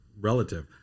relative